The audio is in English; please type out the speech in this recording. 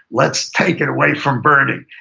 let's take it away from bernie,